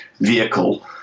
vehicle